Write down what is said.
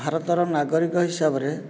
ଭାରତର ନାଗରିକ ହିସାବରେ